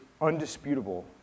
undisputable